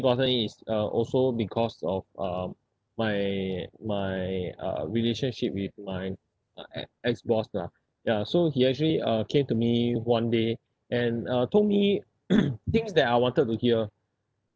gotten is uh also because of um my my uh relationship with my uh ex ex-boss lah ya so he actually uh came to me one day and uh told me things that I wanted to hear